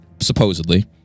supposedly